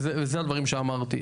ואלו הדברים שאמרתי,